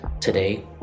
today